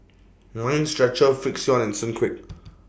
Mind Stretcher Frixion and Sunquick